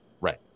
right